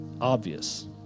obvious